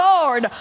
Lord